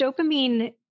dopamine